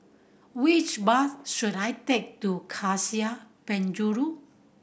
which bus should I take to Cassia Penjuru